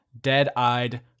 dead-eyed